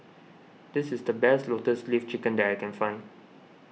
this is the best Lotus Leaf Chicken that I can find